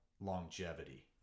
Longevity